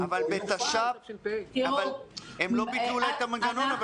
הם לא ביטלו את המנגנון,